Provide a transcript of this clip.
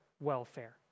welfare